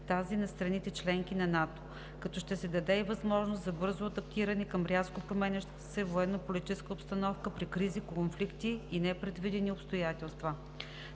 тази на страните – членки на НАТО, като ще се даде и възможност за бързо адаптиране към рязко променящата се военно-политическа обстановка при кризи, конфликти и непредвидени обстоятелства.